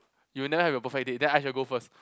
you'll never have your perfect date then I shall go first